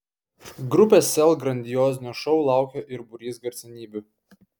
grupės sel grandiozinio šou laukia ir būrys garsenybių